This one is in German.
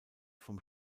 vom